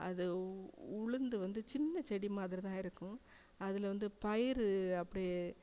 அது உளுந்து வந்து சின்ன செடி மாதிரிதான் இருக்கும் அதில் வந்து பயிர் அப்படியே